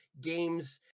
games